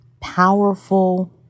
powerful